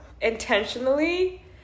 intentionally